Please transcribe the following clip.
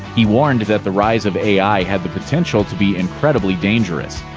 he warned that the rise of ai had the potential to be incredibly dangerous.